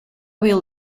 will